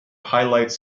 highlights